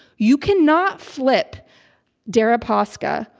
you cannot flip deripaska,